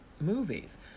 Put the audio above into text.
movies